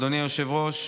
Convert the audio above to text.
אדוני היושב-ראש,